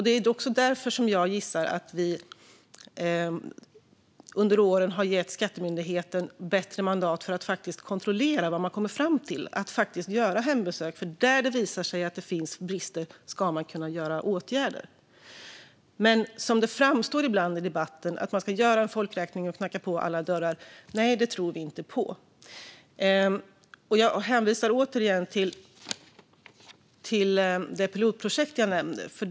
Det är också därför jag gissar att vi under åren har gett Skattemyndigheten bättre mandat att faktiskt kontrollera vad man kommer fram till och att göra hembesök, för där det visar sig att det finns brister ska åtgärder kunna genomföras. Som det framstår ibland i debatten, att man ska göra en folkräkning och knacka på alla dörrar, tror vi inte på. Jag hänvisar återigen till det pilotprojekt jag nämnde.